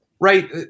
right